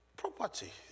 Property